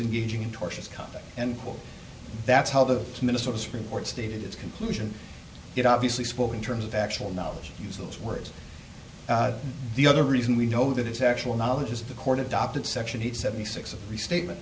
coming and that's how the minnesota supreme court stated its conclusion it obviously spoke in terms of actual knowledge use those words the other reason we know that it's actual knowledge is the court adopted section eight seventy six of the statement